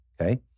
okay